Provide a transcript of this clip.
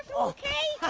okay?